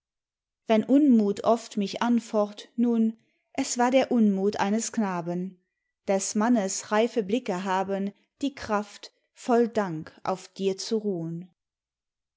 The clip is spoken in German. wenn unmut oft mich anfocht nun es war der unmut eines knaben des mannes reife blicke haben die kraft voll dank auf dir zu ruhn